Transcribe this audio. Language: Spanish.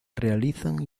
realizan